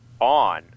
on